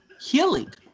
Healing